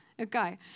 Okay